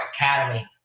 academy